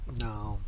No